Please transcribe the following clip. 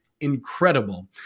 incredible